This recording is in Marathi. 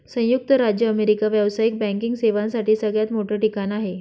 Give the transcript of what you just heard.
संयुक्त राज्य अमेरिका व्यावसायिक बँकिंग सेवांसाठी सगळ्यात मोठं ठिकाण आहे